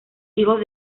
hijos